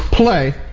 play